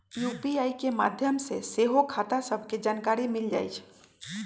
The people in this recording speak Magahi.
यू.पी.आई के माध्यम से सेहो खता सभके जानकारी मिल जाइ छइ